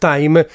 Time